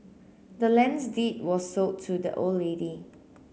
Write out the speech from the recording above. the land's deed was sold to the old lady